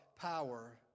power